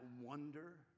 wonder